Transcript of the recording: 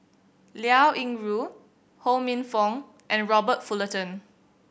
Liao Yingru Ho Minfong and Robert Fullerton